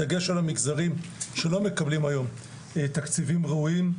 בדגש על המגזרים שלא מקבלים היום תקציבים ראויים,